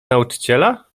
nauczyciela